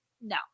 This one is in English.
no